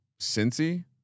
Cincy